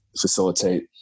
facilitate